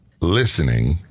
listening